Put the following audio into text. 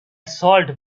salt